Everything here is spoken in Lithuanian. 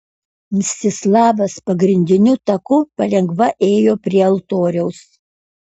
mstislavas pagrindiniu taku palengva ėjo prie altoriaus